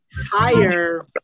higher